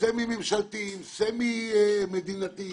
סמי ממשלתיים, סמי מדינתיים,